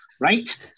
right